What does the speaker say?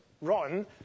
rotten